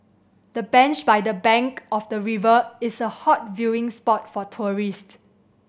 the bench by the bank of the river is a hot viewing spot for tourist